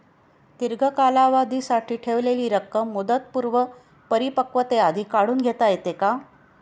दीर्घ कालावधीसाठी ठेवलेली रक्कम मुदतपूर्व परिपक्वतेआधी काढून घेता येते का?